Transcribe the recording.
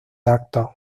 actos